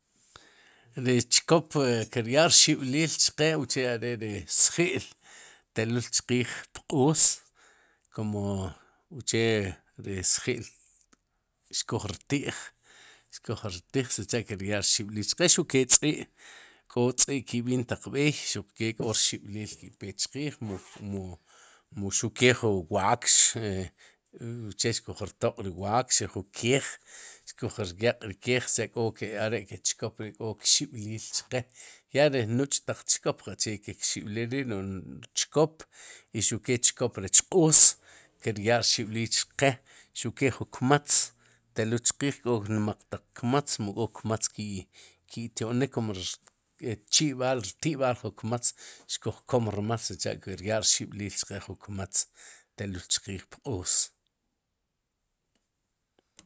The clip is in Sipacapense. Ri chkop kir yaa rxib'lil chqe uche are ri sji'l telul chqij pq'os kumu uche ri sji'j xkuj rti'j xkuj rti'j sicha kir yaa rxib'lil chqe, xuq ke tz'i' k'o tz'i' ki'b'inik taq b'eey xuq ke k'o rxib'lil ki'pe chqiij mu mu mu xuq ke jun wakx uche xkuj rtoq'jun wakx o jun keej. xkuj ryaq'ri keej si cha' are'k'ri chkop ri k'o rxib'lil chqe ya ri nuch' taq chkop qaqche ke kxib'lil k'ri' no'j chkop y xuq ke chkop rech qóos kir yaa rxib'lil chqe, xuq ke jun kmatz telul chqij kó nmaq taq laj kmatz mu kó kmatz ki'tyo'nik kum ri chi'b'al ri rti'b'al jun kmatz xkuj kom rmal sicha'kiryaa' rxib'lil chqe jun kmatz telul chqij pq'os.